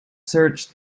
search